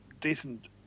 decent